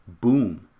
boom